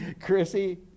Chrissy